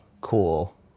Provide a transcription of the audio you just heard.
cool